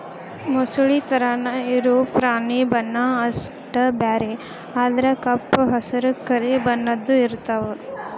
ಮೊಸಳಿ ತರಾನ ಇರು ಪ್ರಾಣಿ ಬಣ್ಣಾ ಅಷ್ಟ ಬ್ಯಾರೆ ಅಂದ್ರ ಕಪ್ಪ ಹಸರ, ಕರಿ ಬಣ್ಣದ್ದು ಇರತಾವ